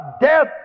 death